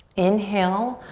inhale,